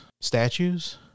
statues